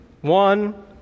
one